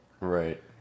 Right